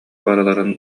барыларын